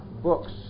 books